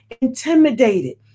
intimidated